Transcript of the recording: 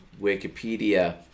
Wikipedia